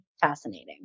fascinating